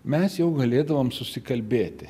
mes jau galėdavom susikalbėti